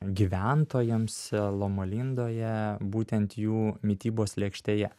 gyventojams lomo lindoje būtent jų mitybos lėkštėje